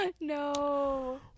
No